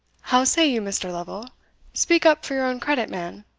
how say you, mr. lovel speak up for your own credit, man.